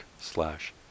slash